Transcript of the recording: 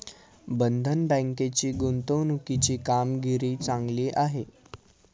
बंधन बँकेची गुंतवणुकीची कामगिरी चांगली आहे